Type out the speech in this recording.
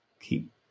keep